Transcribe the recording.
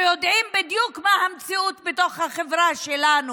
שיודעים בדיוק מה המציאות בחברה שלנו,